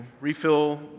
refill